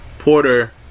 Porter